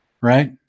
right